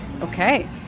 Okay